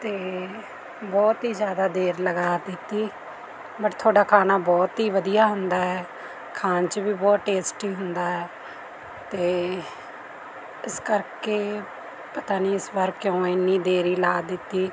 ਅਤੇ ਬਹੁਤ ਹੀ ਜ਼ਿਆਦਾ ਦੇਰ ਲਗਾ ਦਿੱਤੀ ਬਟ ਤੁਹਾਡਾ ਖਾਣਾ ਬਹੁਤ ਹੀ ਵਧੀਆ ਹੁੰਦਾ ਹੈ ਖਾਣ 'ਚ ਵੀ ਬਹੁਤ ਟੇਸਟੀ ਹੁੰਦਾ ਹੈ ਅਤੇ ਇਸ ਕਰਕੇ ਪਤਾ ਨਹੀਂ ਇਸ ਵਾਰ ਕਿਉਂ ਇੰਨੀ ਦੇਰ ਲਗਾ ਦਿੱਤੀ